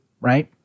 right